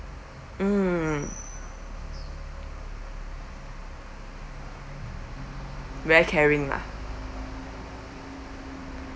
mm very caring lah